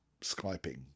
Skyping